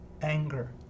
anger